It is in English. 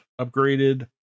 upgraded